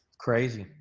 crazy.